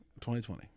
2020